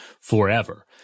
forever